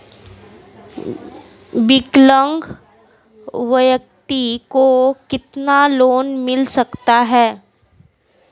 विकलांग व्यक्ति को कितना लोंन मिल सकता है?